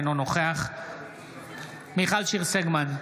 אינו נוכח מיכל שיר סגמן,